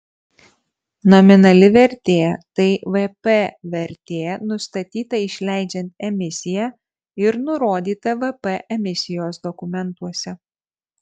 nominali vertė tai vp vertė nustatyta išleidžiant emisiją ir nurodyta vp emisijos dokumentuose